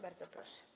Bardzo proszę.